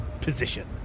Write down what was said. position